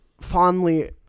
fondly